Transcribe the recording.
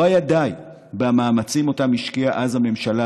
לא היה די במאמצים שאותם השקיעה אז הממשלה